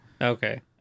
Okay